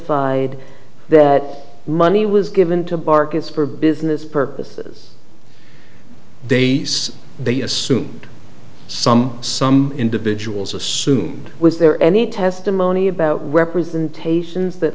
testified that money was given to bark it's for business purposes they they assume some some individuals assumed was there any testimony about representations that